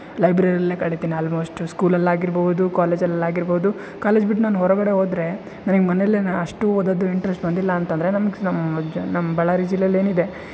ಲೈಬ್ರೆರಿಲೇ ಕಳಿತೀನಿ ಆಲ್ಮೋಸ್ಟು ಸ್ಕೂಲಲ್ಲಾಗಿರ್ಬೌದು ಕಾಲೇಜಲ್ಲಾಗಿರ್ಬೌದು ಕಾಲೇಜ್ ಬಿಟ್ಟು ನಾನು ಹೊರಗಡೆ ಹೋದ್ರೆ ನನಗ್ ಮನೆಲೇ ಅಷ್ಟು ಓದೋದು ಇಂಟ್ರೆಸ್ಟ್ ಬಂದಿಲ್ಲ ಅಂತಂದರೆ ನಮಗೆ ನಮ್ಮ ಬಳ್ಳಾರಿ ಜಿಲ್ಲೇಲಿ ಏನಿದೆ